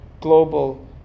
global